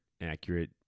accurate